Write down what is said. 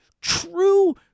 true